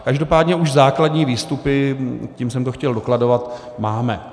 Každopádně už základní výstupy, tím jsem to chtěl dokladovat, máme.